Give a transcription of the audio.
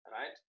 right